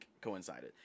coincided